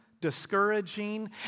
discouraging